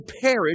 perish